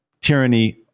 tyranny